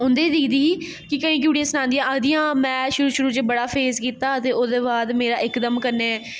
उं'दी दिखदी ही कि केईं कुड़ियां सनांदियां आखदियां में शुरू शुरू च बड़ा फेस कीता हा ते ओह्दे बाद मेरा इक दम कन्नै